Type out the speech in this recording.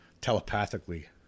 telepathically